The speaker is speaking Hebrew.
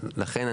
לכן,